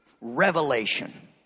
revelation